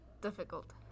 difficult